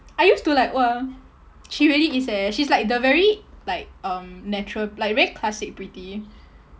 I used to like !wah! she really is eh she's like the very like um natural like very classic pretty